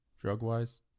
drug-wise